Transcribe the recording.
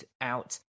out